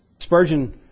Spurgeon